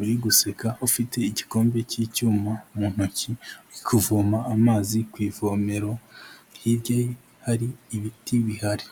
uri guseka ufite igikombe cy'icyuma mu ntoki, uri kuvoma amazi ku ivomero, hirya ye hari ibiti bihari.